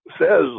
says